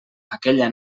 aquella